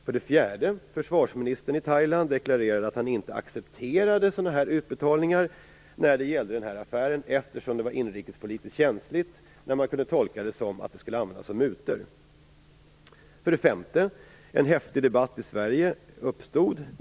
För det fjärde: Försvarsministern i Thailand deklarerade att han inte accepterade sådana här utbetalningar när det gällde den här affären, eftersom det var inrikespolitiskt känsligt när man kunde tolka det som att det skulle användas som mutor. För det femte: En häftig debatt i Sverige uppstod.